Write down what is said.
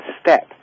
step